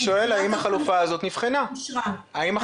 שואל האם החלופה הזאת נבחנה ב-2017.